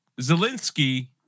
Zelensky